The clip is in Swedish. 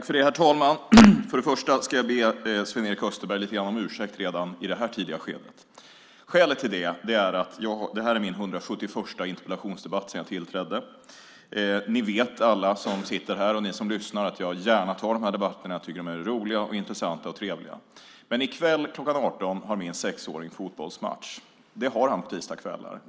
Herr talman! För det första ska jag be Sven-Erik Österberg lite grann om ursäkt redan i det här tidiga skedet. Skälet är att det här är min 171:a interpellationsdebatt sedan jag tillträdde. Ni vet, alla som sitter här och som lyssnar, att jag gärna tar de här debatterna. Jag tycker att de är roliga, intressanta och trevliga. Men i kväll kl. 18 har min sexåring fotbollsmatch. Det har han på tisdagskvällar.